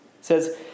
says